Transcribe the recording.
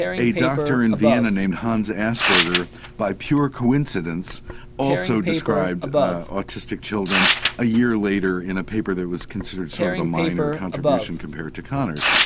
a doctor in vienna named hans asperger by pure coincidence also described autistic children a year later in a paper that was considered sort of a minor contribution compared to kanner's.